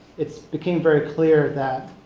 it became very clear that